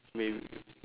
may~